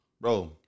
bro